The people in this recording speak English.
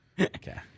Okay